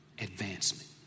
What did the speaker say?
advancement